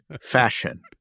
fashion